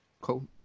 cool